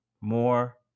more